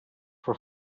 for